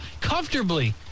Comfortably